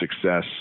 success